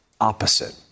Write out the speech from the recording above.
opposite